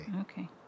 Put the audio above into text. Okay